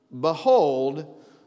behold